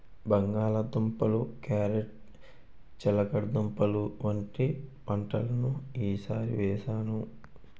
బంగాళ దుంపలు, క్యారేట్ చిలకడదుంపలు వంటి పంటలను ఈ సారి వేసాను